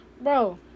bro